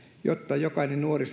jotta jokainen nuori